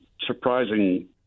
surprising